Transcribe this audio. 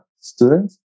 students